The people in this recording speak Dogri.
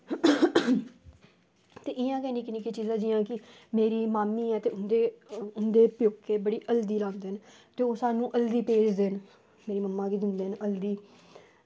ते इंया गै निक्की निक्की चीज़ां जियां कि ते मेरी मामी ऐ ते उंदे प्यौकिये बड़ी हल्दी लांदे न ते ओह् सानूं हल्दी भेजदे न मेरी मम्मा गी बी दिंदे न हल्दी